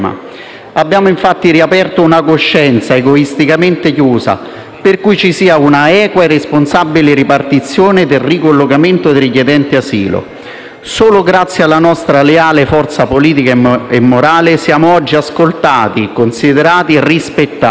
Abbiamo infatti riaperto una coscienza egoisticamente chiusa, affinché ci sia una equa e responsabile ripartizione del ricollocamento dei richiedenti asilo. Solo grazie alla nostra leale forza politica e morale siamo oggi ascoltati, considerati e rispettati.